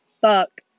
fuck